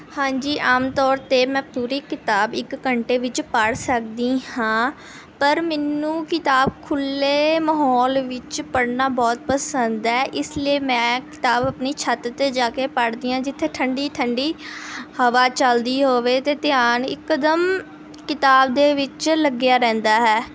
ਹਾਂਜੀ ਆਮ ਤੌਰ 'ਤੇ ਮੈਂ ਪੂਰੀ ਕਿਤਾਬ ਇੱਕ ਘੰਟੇ ਵਿੱਚ ਪੜ੍ਹ ਸਕਦੀ ਹਾਂ ਪਰ ਮੈਨੂੰ ਕਿਤਾਬ ਖੁੱਲ੍ਹੇ ਮਾਹੌਲ ਵਿੱਚ ਪੜ੍ਹਨਾ ਬਹੁਤ ਪਸੰਦ ਹੈ ਇਸ ਲਈ ਮੈਂ ਕਿਤਾਬ ਆਪਣੀ ਛੱਤ 'ਤੇ ਜਾ ਕੇ ਪੜ੍ਹਦੀ ਹਾਂ ਜਿੱਥੇ ਠੰਡੀ ਠੰਡੀ ਹਵਾ ਚੱਲਦੀ ਹੋਵੇ ਅਤੇ ਧਿਆਨ ਇਕਦਮ ਕਿਤਾਬ ਦੇ ਵਿੱਚ ਲੱਗਿਆ ਰਹਿੰਦਾ ਹੈ